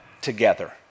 together